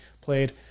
played